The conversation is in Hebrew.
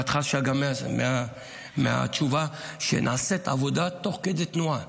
ואת חשה גם מהתשובה שנעשית עבודה תוך כדי תנועה.